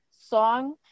song